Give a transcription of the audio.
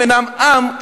הם אינם עם,